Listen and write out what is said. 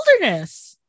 wilderness